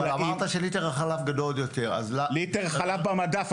אמרת שליטר החלב גדול יותר אז למה --- ליטר חלב במדף,